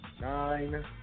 Nine